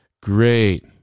Great